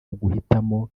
uguhitamo